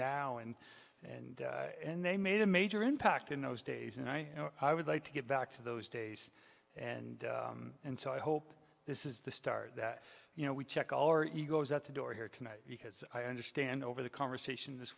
now and and and they made a major impact in those days and i would like to get back to those days and and so i hope this is the start that you know we check all our egos at the door here tonight because i understand over the conversation this